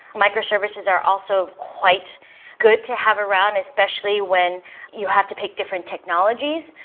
microservices are also quite good to have around especially when you have to pick different technologies,